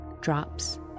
drops